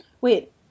Wait